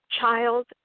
child